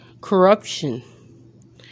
corruption